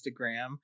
Instagram